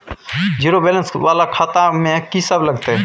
Zero balance वाला खाता में की सब लगतै?